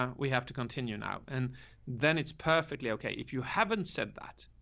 um we have to continue now and then it's perfectly okay if you haven't said that.